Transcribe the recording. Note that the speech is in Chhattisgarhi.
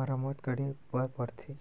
मरम्मत करे बर पड़थे